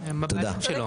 תודה רבה.